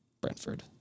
Brentford